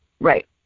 Right